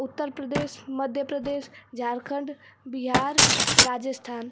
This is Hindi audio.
उत्तर प्रदेश मध्य प्रदेश झारखंड बिहार राजस्थान